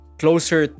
closer